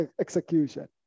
execution